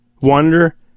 Wonder